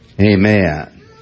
Amen